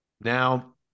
Now